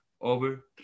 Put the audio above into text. Over